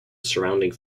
surrounding